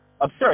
absurd